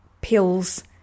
pills